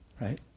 right